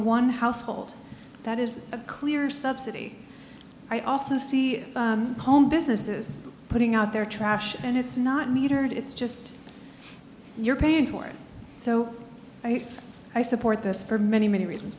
one household that is a clear subsidy i also see home businesses putting out their trash and it's not metered it's just you're paying for it so i support this for many many reasons